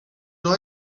راه